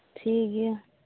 ᱴᱷᱤᱠᱜᱮᱭᱟ